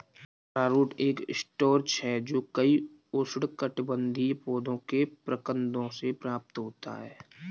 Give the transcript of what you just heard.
अरारोट एक स्टार्च है जो कई उष्णकटिबंधीय पौधों के प्रकंदों से प्राप्त होता है